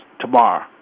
tomorrow